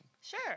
Sure